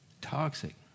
toxic